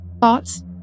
thoughts